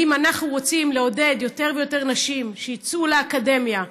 ואם אנחנו רוצים לעודד יותר ויותר נשים לצאת לאקדמיה,